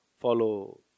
follow